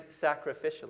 Sacrificially